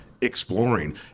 exploring